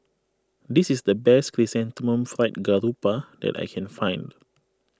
this is the best Chrysanthemum Fried Garoupa that I can find